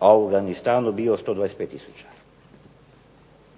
u Afganistanu bio 125000.